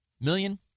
Million